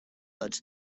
tots